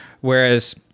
whereas